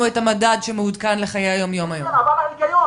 את המדד שמעודכן לחיי היום-יום היום.